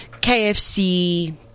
KFC